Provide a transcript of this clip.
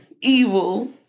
evil